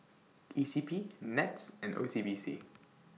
E C P Nets and O C B C